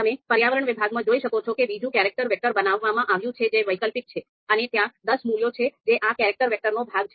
તમે પર્યાવરણ વિભાગમાં જોઈ શકો છો કે બીજું કેરેક્ટર વેક્ટર બનાવવામાં આવ્યું છે જે વૈકલ્પિક છે અને ત્યાં દસ મૂલ્યો છે જે આ કેરેક્ટર વેક્ટરનો ભાગ છે